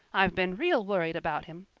i've been real worried about him,